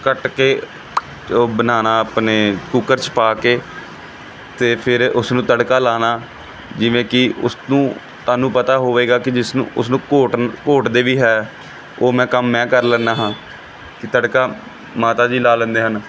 ਕੱਟ ਕੇ ਉਹ ਬਣਾਉਣਾ ਆਪਣੇ ਕੂਕਰ 'ਚ ਪਾ ਕੇ ਅਤੇ ਫਿਰ ਉਸ ਨੂੰ ਤੜਕਾ ਲਗਾਉਣਾ ਜਿਵੇਂ ਕਿ ਉਸ ਨੂੰ ਤੁਹਾਨੂੰ ਪਤਾ ਹੋਵੇਗਾ ਕਿ ਜਿਸ ਨੂੰ ਉਸਨੂੰ ਘੋਟ ਘੋਟ ਦੇ ਵੀ ਹੈ ਉਹ ਮੈਂ ਕੰਮ ਮੈਂ ਕਰ ਲੈਂਦਾ ਹਾਂ ਕਿ ਤੜਕਾ ਮਾਤਾ ਜੀ ਲਾ ਲੈਂਦੇ ਹਨ